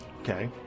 Okay